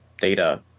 data